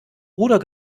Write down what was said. ruder